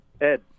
Ed